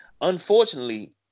unfortunately